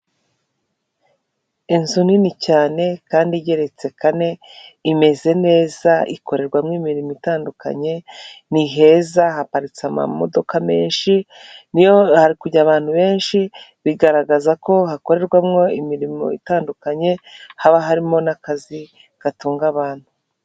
Inzu nini cyane kandi igeretse kane imeze neza ikorerwamo imirimo itandukanye ni heza haparitse amamodoka menshi, niyo hari kujya abantu benshi bigaragaza ko hakorerwamo imirimo itandukanye, haba harimo n'akazi gatunga abantu.